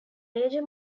major